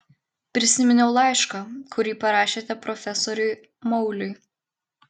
prisiminiau laišką kurį parašėte profesoriui mauliui